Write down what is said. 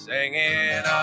Singing